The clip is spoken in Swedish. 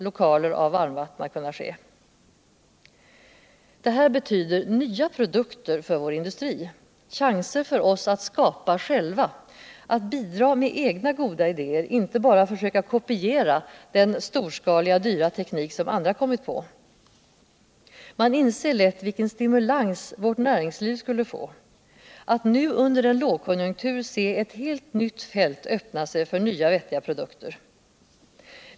lokaler och vurmvatten att kunna ske utan några problem. Det här betyder nya produkter för vår industri. chanser för oss utt skapa själva. att bidra med egna goda idéer, inte bara försöka kopiera den storskaliga, dyra teknik som andra kommit på. Man inser lätt vilken stimulans vårt näringsliv skulle få — att nu under en lågkonjunktur se et helt nytt fält öppna sig för nva vettiga produkter.